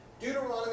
Deuteronomy